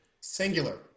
Singular